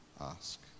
ask